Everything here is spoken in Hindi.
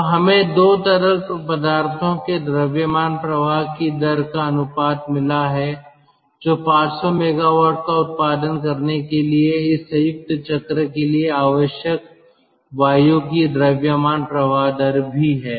तो हमें 2 तरल पदार्थों के द्रव्यमान प्रवाह की दर का अनुपात मिला है जो 500 मेगावाट का उत्पादन करने के लिए इस संयुक्त चक्र के लिए आवश्यक वायु की द्रव्यमान प्रवाह दर भी है